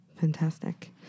Fantastic